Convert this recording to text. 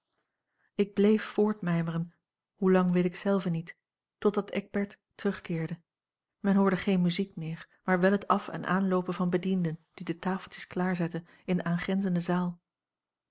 ik bleef voortmijmeren hoe lang weet ik zelve niet totdat eckbert terugkeerde men hoorde geen muziek meer maar wel het af en aan loopen van bedienden die de tafeltjes klaar zetten in de aangrenzende zaal